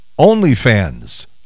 OnlyFans